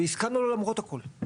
והסכמנו לו למרות הכל.